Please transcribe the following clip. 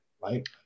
right